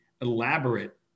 elaborate